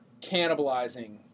cannibalizing